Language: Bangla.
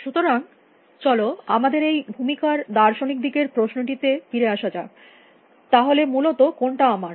সুতরাং চল আমাদের এই ভূমিকার দার্শনিক দিকের প্রশ্নটি তে ফিরে আসা যাক তাহলে মূলত কোনটা আমার